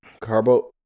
carbo